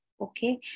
Okay